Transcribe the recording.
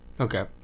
Okay